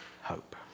hope